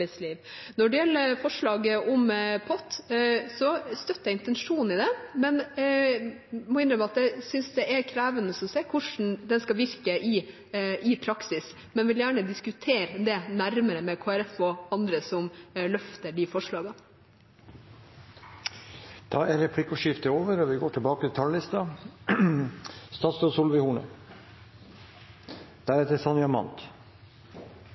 Når det gjelder forslaget om pott, støtter jeg intensjonen i det, men jeg må innrømme at jeg synes det er krevende å se hvordan det skal virke i praksis. Men jeg vil gjerne diskutere det nærmere med Kristelig Folkeparti og andre som løfter disse forslagene. Replikkordskiftet er omme. Familien er det sterkeste sosiale fellesskapet vi har. Den bidrar til